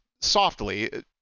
Softly